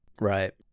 Right